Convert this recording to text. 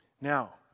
Now